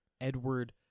Edward